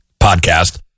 podcast